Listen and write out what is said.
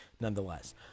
nonetheless